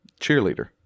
Cheerleader